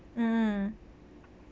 mm